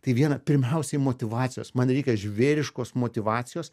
tai viena pirmiausiai motyvacijos man reikia žvėriškos motyvacijos